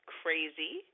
crazy